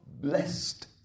blessed